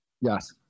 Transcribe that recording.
Yes